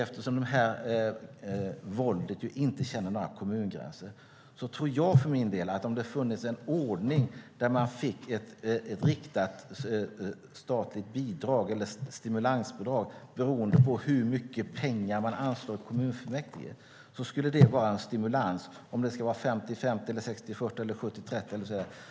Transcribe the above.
Eftersom det här våldet inte känner några kommungränser tror jag för min del att om det funnits en ordning där man fick ett riktat statligt stimulansbidrag beroende på hur mycket pengar man anslår i kommunfullmäktige så skulle det vara en stimulans. Om det sedan ska vara 50-50, 60-40 eller 70-30 kan diskuteras.